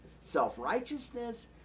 Self-righteousness